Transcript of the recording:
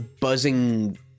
buzzing